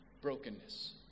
Brokenness